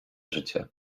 życie